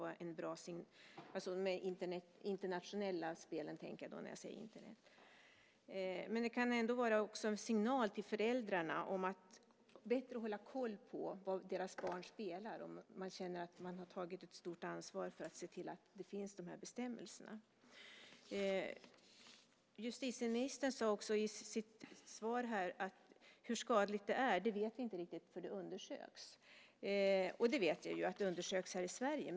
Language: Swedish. Jag tänker på internationella spel när jag säger Internet. Det kan ändå vara en signal till föräldrarna om att bättre hålla koll på vad deras barn spelar om man har tagit ett stort ansvar för att se till att de här bestämmelserna finns. Justitieministern sade också i sitt svar att hur skadligt det här är vet vi inte riktigt och att det undersöks. Jag vet att det undersöks i Sverige.